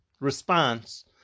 response